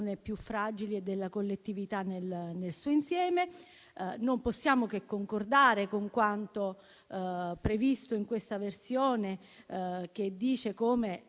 Grazie.